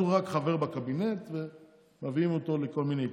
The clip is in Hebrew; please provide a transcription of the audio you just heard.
אז הוא רק חבר בקבינט ומביאים אותו לכל מיני התייעצויות.